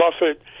buffett